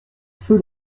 feu